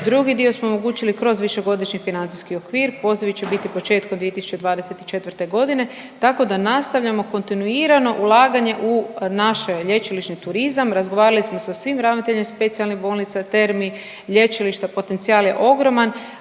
drugi dio smo omogućili kroz Višegodišnji financijski okvir, pozivi će biti početkom 2024. g., tako da nastavljamo kontinuirano ulaganje u naše lječilišni turizma, razgovarali smo sa svim ravnateljima specijalnih bolnica, termi, lječilišta, potencijal je ogroman,